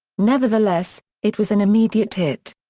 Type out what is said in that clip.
nevertheless, it was an immediate hit.